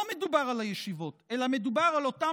לא מדובר על הישיבות אלא מדובר על אותם